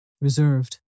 reserved